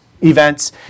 events